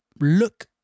look